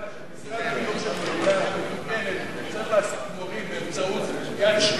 שמשרד חינוך של מדינה מתוקנת צריך להעסיק מורים באמצעות יד שנייה?